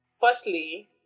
firstly